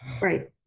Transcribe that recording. Right